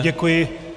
Děkuji.